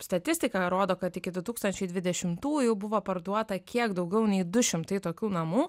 statistika rodo kad iki du tūkstančiai dvidešimtųjų buvo parduota kiek daugiau nei du šimtai tokių namų